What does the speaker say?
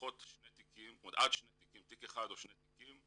עד שני תיקים, דהיינו תיק אחד או שני תיקים,